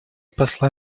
посла